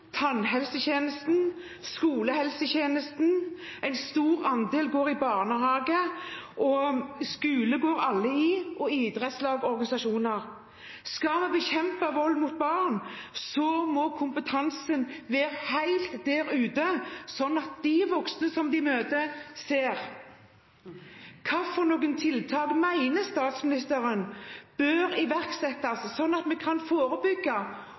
tannhelsetjenesten, i skolehelsetjenesten, i idrettslag og organisasjoner, en stor andel går i barnehage, og skole går alle i. Skal vi bekjempe vold mot barn, må kompetansen være der ute, sånn at de voksne som de møter, ser. Hvilke tiltak mener statsministeren bør iverksettes, sånn at vi kan forebygge